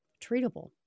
Treatable